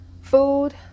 food